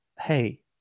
hey